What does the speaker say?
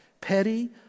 Petty